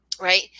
right